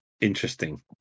Interesting